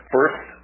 First